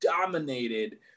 dominated